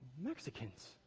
Mexicans